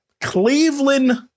Cleveland